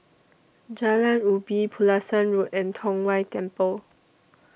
Jalan Ubi Pulasan Road and Tong Whye Temple